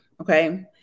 okay